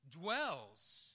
dwells